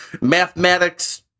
mathematics